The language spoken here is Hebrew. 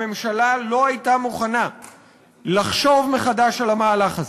הממשלה לא הייתה מוכנה לחשוב מחדש על המהלך הזה,